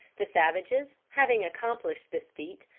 the savages, having accomplished this feat,